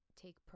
take